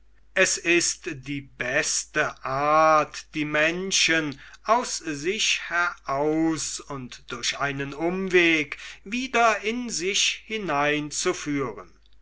es ist die beste art die menschen aus sich heraus und durch einen umweg wieder in sich hineinzuführen